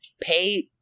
pay